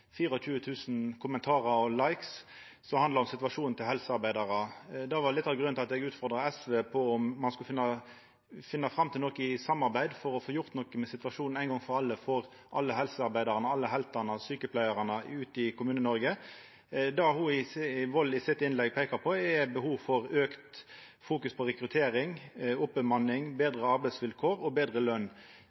kommentarar og likes, og som handla om situasjonen til helsearbeidarar. Det var litt av grunnen til at eg utfordra SV på om ein i samarbeid skulle finna fram til noko for å få gjort noko med situasjonen, ein gong for alle, for alle helsearbeidarane – alle heltane og sjukepleiarane ute i Kommune-Noreg. Det Woll peikar på i innlegget sitt, er behovet for å fokusera på auka rekruttering, oppbemanning, betre arbeidsvilkår og betre